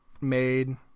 made